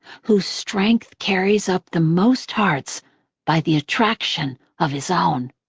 whose strength carries up the most hearts by the attraction of his own